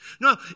No